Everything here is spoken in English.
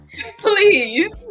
Please